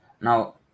Now